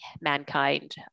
mankind